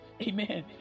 amen